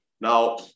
now